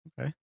Okay